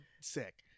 sick